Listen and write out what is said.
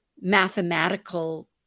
mathematical